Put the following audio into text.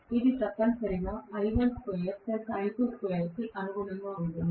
ఇది తప్పనిసరిగా కి అనుగుణంగా ఉంటుంది